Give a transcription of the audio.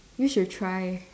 you should try